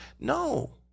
No